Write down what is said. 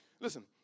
Listen